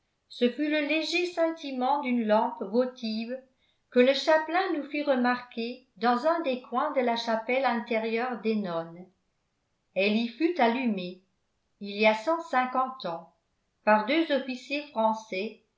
ce fut le léger scintillement d'une lampe votive que le chapelain nous fit remarquer dans un des coins de la chapelle intérieure des nonnes elle y fut allumée il y a cent cinquante ans par deux officiers français